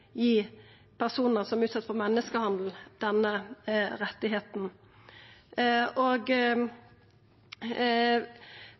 gi personar som er utsette for menneskehandel, denne retten. Det gjeld ikkje berre dei aller mest utsette og